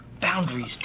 Boundaries